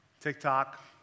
TikTok